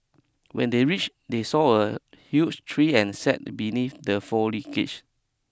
when they reach they saw a huge tree and sat beneath the